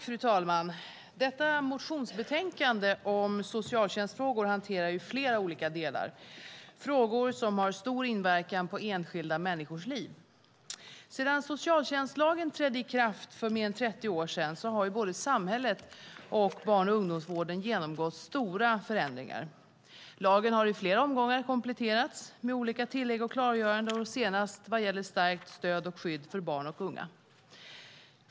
Fru talman! Detta motionsbetänkande om socialtjänstfrågor hanterar flera olika delar, frågor som har stor inverkan på enskilda människors liv. Sedan socialtjänstlagen trädde i kraft för mer än 30 år sedan har både samhället och barn och ungdomsvården genomgått stora förändringar. Lagen har i flera omgångar kompletterats med olika tillägg och klargöranden, senast vad gäller stärkt stöd och skydd för barn och unga.